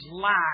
lack